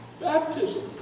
baptism